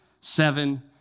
seven